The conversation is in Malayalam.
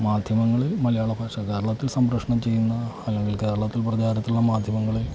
മാധ്യമങ്ങളിൽ മലയാളഭാഷ കേരളത്തിൽ സംപ്രേഷണം ചെയ്യുന്ന അല്ലെങ്കിൽ കേരളത്തിൽ പ്രചാരത്തിലുള്ള മാധ്യമങ്ങളിൽ